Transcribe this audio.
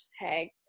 hey